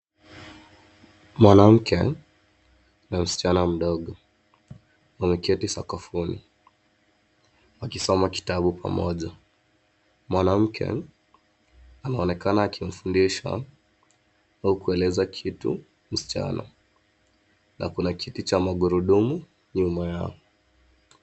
Mwanamke na msichana mdogo wameketi sakafuni wakisoma kitabu pamoja. Mwanamke anaonekana akimfundisha au kueleza kitu msichana na kuna kiti cha magurudumu nyuma yao.